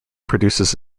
produces